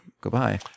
goodbye